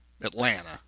Atlanta